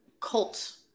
cult